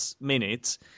minutes